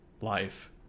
life